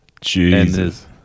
Jesus